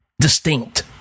distinct